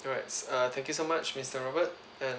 alright thank you so much mister robert and